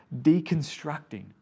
deconstructing